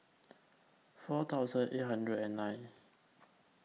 four thousand eight hundred and nine